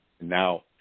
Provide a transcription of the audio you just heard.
Now